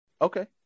Okay